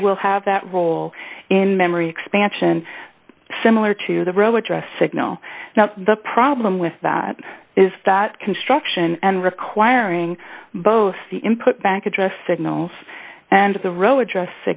they will have that role in memory expansion similar to the ro address signal now the problem with that is that construction and requiring both the input back address signals and the ro address